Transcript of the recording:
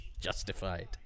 justified